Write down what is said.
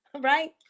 Right